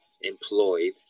employed